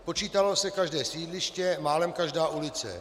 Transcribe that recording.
Počítalo se každé sídliště, málem každá ulice.